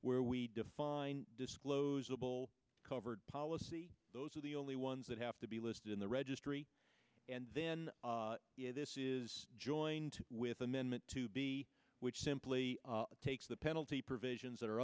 where we define disclosable covered policy those are the only ones that have to be listed in the registry and then this is joined with amendment to be which simply takes the penalty provisions that